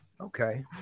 okay